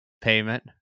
payment